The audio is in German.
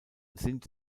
sind